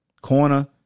corner